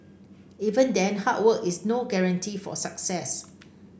even then hard work is no guarantee of success